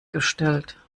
gestellt